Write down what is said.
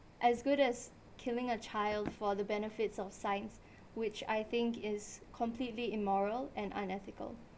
as good as killing a child for the benefits of science which I think is completely immoral and unethical